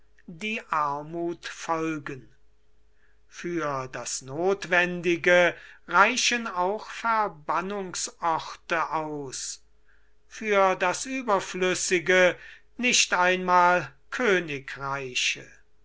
die armuth folgen für das nothwendige reichen auch verbannungsorte aus für das ueberflüssige nicht einmal königreiche